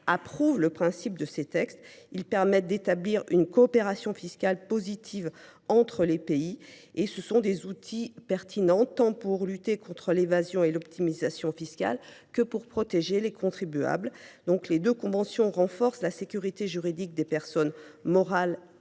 ces deux textes. De telles conventions permettent d’établir une coopération fiscale positive. Ce sont des outils pertinents, tant pour lutter contre l’évasion et l’optimisation fiscales que pour protéger les contribuables. Ces deux conventions renforcent la sécurité juridique des personnes morales